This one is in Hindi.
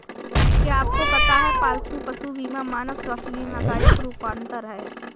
क्या आपको पता है पालतू पशु बीमा मानव स्वास्थ्य बीमा का एक रूपांतर है?